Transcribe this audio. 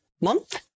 month